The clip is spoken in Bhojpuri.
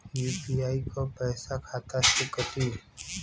यू.पी.आई क पैसा खाता से कटी?